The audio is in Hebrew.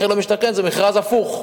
מחיר למשתכן זה מכרז הפוך,